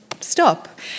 stop